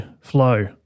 flow